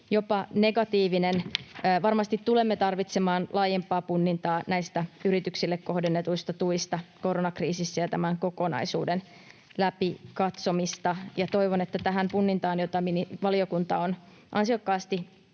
jopa negatiivinen. Varmasti tulemme tarvitsemaan laajempaa punnintaa näistä yrityksille kohdennetuista tuista koronakriisissä ja tämän kokonaisuuden läpi katsomista. Ja toivon, että tähän punnintaan, jota valiokunta on ansiokkaasti